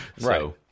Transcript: Right